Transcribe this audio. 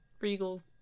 Regal